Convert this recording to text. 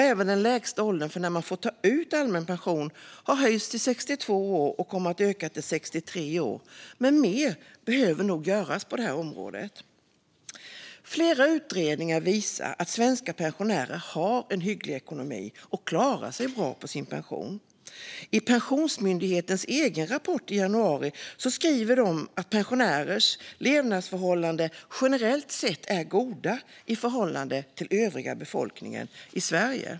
Även lägsta åldern för när man får ta ut allmän pension har höjts till 62 år och kommer att öka till 63 år. Men mer behöver nog göras på det här området. Flera utredningar har visat att svenska pensionärer har hygglig ekonomi och klarar sig bra på sin pension. I Pensionsmyndighetens egen rapport från januari skriver man att pensionärers levnadsförhållanden generellt sett är goda i förhållande till övriga befolkningens i Sverige.